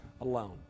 alone